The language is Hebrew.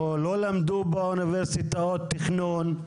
או לא למדו באוניברסיטאות תכנון,